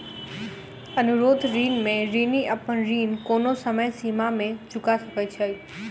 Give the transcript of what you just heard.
अनुरोध ऋण में ऋणी अपन ऋण कोनो समय सीमा में चूका सकैत छै